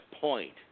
point